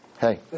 Hey